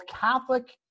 Catholic